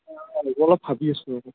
মই অলপ ভাবি আছোঁ আৰু